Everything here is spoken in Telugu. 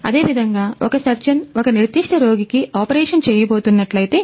అదేవిధంగా ఒక సర్జన్ ఒక నిర్దిష్ట రోగికి ఆపరేషన్ చేయబోతున్నట్లయితే